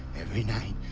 every night.